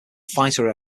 fighter